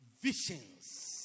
visions